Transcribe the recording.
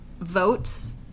Votes